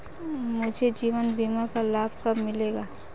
मुझे जीवन बीमा का लाभ कब मिलेगा?